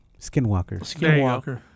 Skinwalker